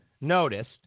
noticed